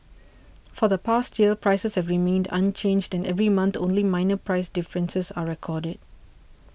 for the past year prices have remained unchanged and every month only minor price differences are recorded